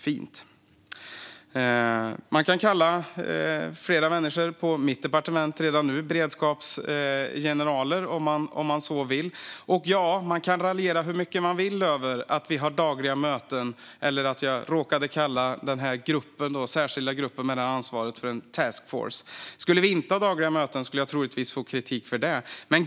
Man kan redan nu kalla flera människor på mitt departement beredskapsgeneraler om man så vill. Man kan också raljera hur mycket man vill över att vi har dagliga möten eller över att jag råkade kalla den särskilda gruppen med detta ansvar för en task force. Skulle vi inte ha dagliga möten skulle jag troligtvis få kritik för det.